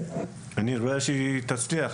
ואני רואה שהיא תצליח